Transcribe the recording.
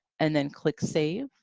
and then click save.